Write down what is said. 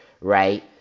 right